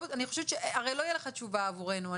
הרי לא תהיה לך תשובה עבורנו,